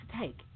take